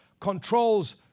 controls